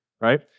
right